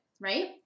Right